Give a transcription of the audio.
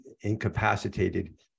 incapacitated